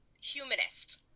humanist